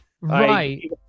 Right